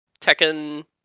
Tekken